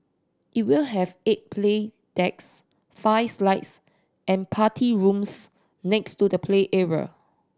it will have eight play decks five slides and party rooms next to the play area